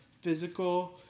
physical